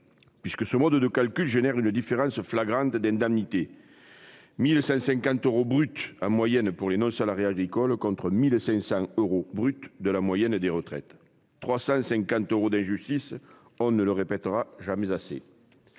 puisque ce mode de calcul engendre une différence flagrante d'indemnités : 1 150 euros brut en moyenne pour les non-salariés agricoles contre 1 500 euros brut en moyenne pour l'ensemble des retraités, soit 350 euros d'injustice ! On ne le répétera jamais assez